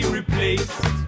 replaced